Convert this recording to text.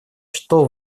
что